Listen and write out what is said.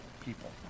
People